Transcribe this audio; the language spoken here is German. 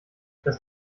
das